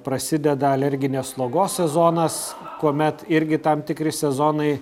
prasideda alerginės slogos sezonas kuomet irgi tam tikri sezonai